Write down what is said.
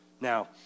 Now